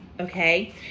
Okay